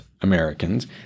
Americans